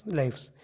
lives